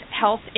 health